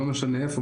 לא משנה איפה,